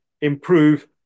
improve